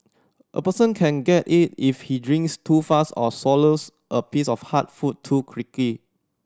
a person can get it if he drinks too fast or swallows a piece of hard food too creaky